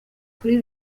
kuri